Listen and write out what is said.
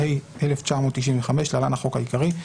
התשנ"ה-1995 (להלן החוק העיקרי),